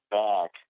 back